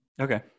Okay